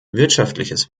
wirtschaftliches